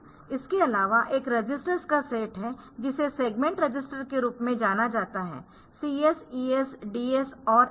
इसके अलावा एक रजिस्टर्स का सेट है जिसे सेगमेंट रजिस्टर के रूप में जाना जाता हैCS DS ES और SS